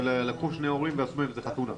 ולקחו שני הורים ועשו מזה חתונה.